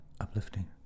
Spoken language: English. uplifting